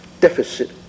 deficit